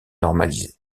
normalisé